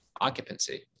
occupancy